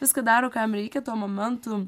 viską daro ką jam reikia tuo momentu